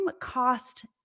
cost